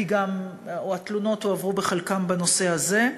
כי חלק מהתלונות שהועברו היו בנושא הזה,